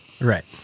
right